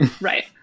Right